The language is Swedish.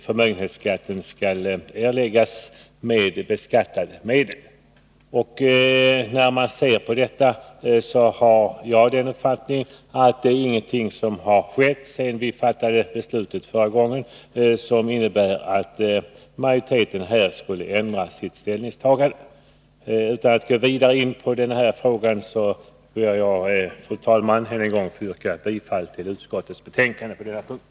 Förmögenhetsskatten skall ju erläggas med beskattade medel. Som jag ser det har ingenting skett sedan det förra beslutet som motiverar ett ändrat ställningstagande från majoriteten. Fru talman! Utan att gå vidare in på den här frågan ber jag än en gång att få yrka bifall till utskottets hemställan på denna punkt.